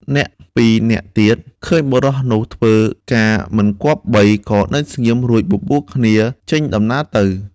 អ្នកពីរនាក់ទៀតឃើញបុរសនោះធ្វើការមិនគប្បី ក៏នៅស្ងៀម រួចបបួលគ្នាចេញដំណើរទៅ។